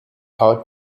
hot